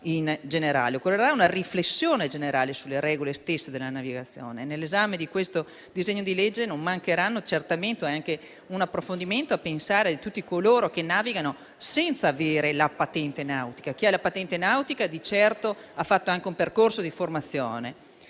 in generale; occorrerà una riflessione generale sulle regole stesse della navigazione. Nell'esame di questo disegno di legge non mancherà certamente un approfondimento dedicato a tutti coloro che navigano senza avere la patente nautica. Chi ha la patente nautica ha fatto anche un percorso di formazione;